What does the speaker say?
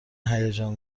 هیجان